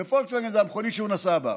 ופולקסווגן זו המכונית שהוא נסע בה.